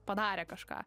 padarė kažką